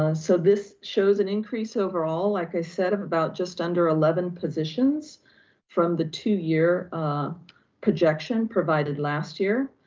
ah so this shows an increase overall, like i said, of about just under eleven positions from the two year projection provided last year.